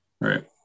right